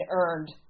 earned